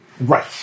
Right